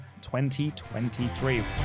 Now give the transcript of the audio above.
2023